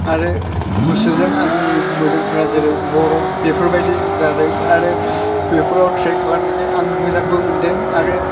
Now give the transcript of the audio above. आरो गुसुजों आंनि मोदोमफ्रा जेरै बरफ बेफोरबादि जादों आरो बेफोराव थ्रेक खालामनानै आं मोजांबो मोन्दों आरो